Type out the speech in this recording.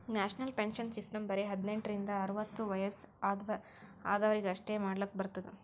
national pension system ಬರೆ ಹದಿನೆಂಟ ರಿಂದ ಅರ್ವತ್ ವಯಸ್ಸ ಆದ್ವರಿಗ್ ಅಷ್ಟೇ ಮಾಡ್ಲಕ್ ಬರ್ತುದ್